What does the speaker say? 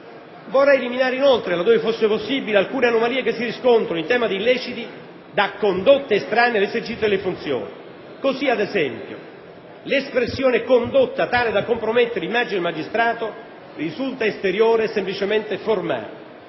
Vorrei eliminare, inoltre, laddove fosse possibile, alcune anomalie che si riscontrano in tema di illeciti da condotte estranee all'esercizio delle funzioni; così, ad esempio, l'espressione «condotta tale da compromettere l'immagine del magistrato» risulta esteriore e semplicemente formale,